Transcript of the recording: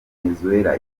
venezuela